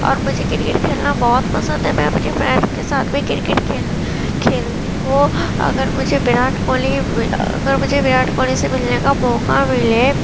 اور مجھے کرکٹ کھیلنا بہت پسند ہے میں اپنی فرینڈ کے ساتھ میں کرکٹ کھیل کھیلتی ہوں اگر مجھے وراٹ کوہلی اگر مجھے وراٹ کوہلی سے ملنے کا موقع ملے